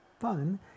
fun